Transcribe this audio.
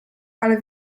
ale